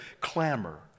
clamor